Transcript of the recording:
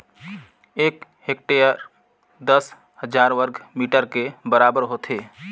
एक हेक्टेयर दस हजार वर्ग मीटर के बराबर होथे